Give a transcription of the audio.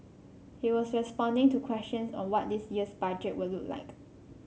he was responding to questions on what this year's budget would look like